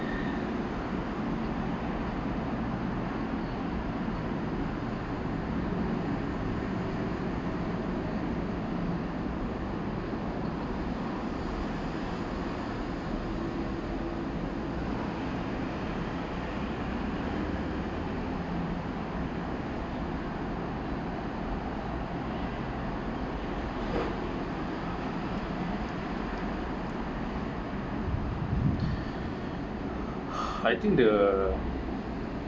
I think the